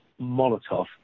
Molotov